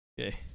Okay